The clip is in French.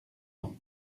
ans